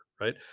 right